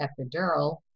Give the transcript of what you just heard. epidural